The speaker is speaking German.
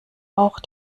auch